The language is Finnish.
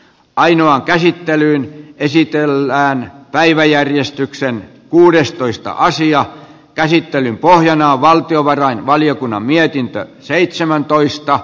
painoa käsittelyyn esitellään päiväjärjestykseen kuudestoista asian käsittelyn pohjana valtiovarainvaliokunnan mietintöä seitsemäntoista